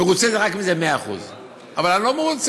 מרוצה זה רק אם זה 100%. אני לא מרוצה.